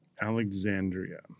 Alexandria